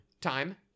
Time